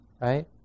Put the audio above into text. right